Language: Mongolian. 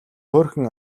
хөөрхөн